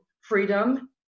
freedom